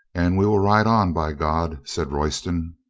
and we will ride on, by god, said royston.